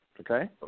Okay